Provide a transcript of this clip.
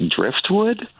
driftwood